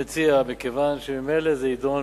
מכיוון שממילא זה יידון